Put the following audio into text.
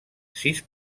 sis